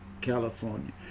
California